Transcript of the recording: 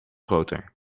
groter